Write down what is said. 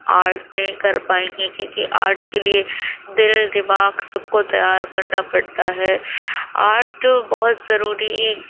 art نہیں کر پائیں گے کیوںکہ آرٹ کے لیے دل دماغ سب کو تیار کرنا پڑتا ہے آرٹ بہت ضروری